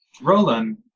Roland